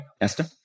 Esther